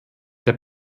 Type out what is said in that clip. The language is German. der